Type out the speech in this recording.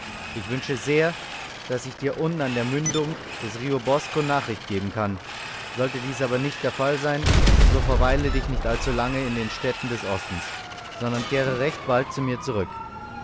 ich wünsche sehr daß ich dir unten an der mündung des rio bosco nachricht geben kann sollte dies aber nicht der fall sein so verweile dich nicht allzu lange in den städten des ostens sondern kehre recht bald zu mir zurück